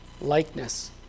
likeness